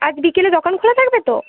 আজ বিকেলে দোকান খোলা থাকবে তো